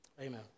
Amen